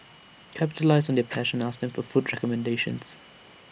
capitalise on their passion ask them for food recommendations